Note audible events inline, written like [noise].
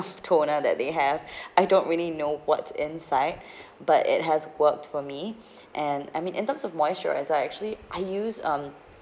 toner that they have [breath] I don't really know what inside [breath] but it has worked for me [breath] and I mean in terms of moisturiser I actually I use um